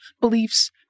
beliefs